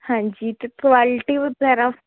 ਹਾਂਜੀ ਅਤੇ ਕੁਆਲਿਟੀ ਵਗੈਰਾ